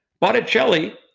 Botticelli